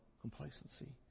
complacency